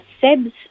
SEBS